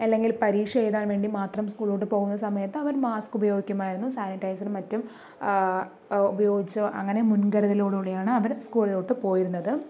അല്ലെങ്കിൽ പരീക്ഷ എഴുതാൻ വേണ്ടി മാത്രം സ്കുളിലോട്ട് പോകുന്ന സമയത്ത് അവര് മാസ്ക് ഉപയോഗിക്കുമായിരുന്നു സാനിറ്റയിസറും മറ്റും ഉപയോഗിച്ച് അങ്ങനെ മുൻകരുതലോട് കൂടിയാണ് അവർ സ്കൂളുകളിലോട്ട് പോയിരുന്നത്